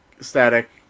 Static